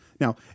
Now